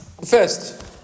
First